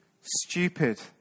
stupid